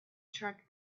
trick